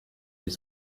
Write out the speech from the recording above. les